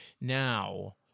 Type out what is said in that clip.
Now